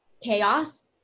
chaos